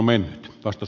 niin on